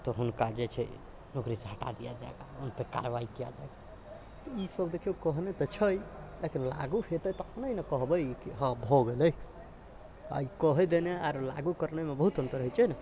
तऽ हुनका जेछै नोकरीसँ हटा दिया जायेगा उन पर कार्यवाही किया जायेगा इसभ देखियौ कहने तऽ छै लेकिन लागू हेतै तखने ने कहबै कि हँ भऽ गेलै आ ई कहि देनै आ लागू करनेमे बहुत अन्तर होइ छै नै